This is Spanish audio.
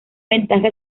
ventaja